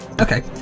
Okay